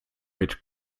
mit